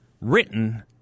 written